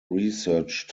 research